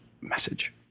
message